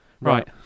Right